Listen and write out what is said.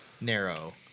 narrow